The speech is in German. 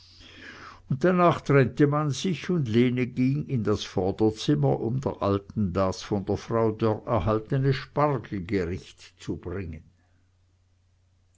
und danach trennte man sich und lene ging in das vorderzimmer um der alten das von der frau dörr erhaltene spargelgericht zu bringen